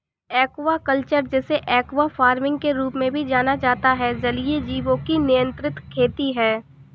aquaculture, जिसे aqua farming के रूप में भी जाना जाता है, जलीय जीवों की नियंत्रित खेती है